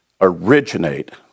originate